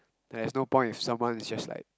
there's no point if someone is just like